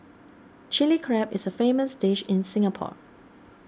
Chilli Crab is a famous dish in Singapore